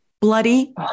bloody